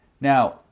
Now